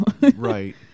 right